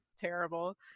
terrible